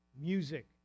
music